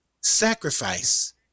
sacrifice